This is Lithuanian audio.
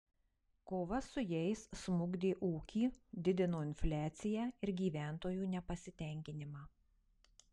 kova su jais smukdė ūkį didino infliaciją ir gyventojų nepasitenkinimą